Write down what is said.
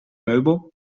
meubel